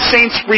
Saints